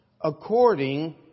according